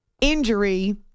injury